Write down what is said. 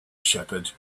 shepherd